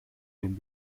den